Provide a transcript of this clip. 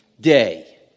day